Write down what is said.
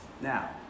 now